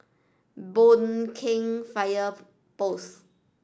Boon Keng Fire Post